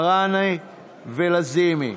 אבתיסאם מראענה ונעמה לזימי,